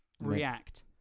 react